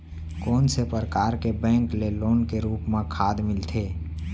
कोन से परकार के बैंक ले लोन के रूप मा खाद मिलथे?